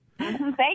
Thank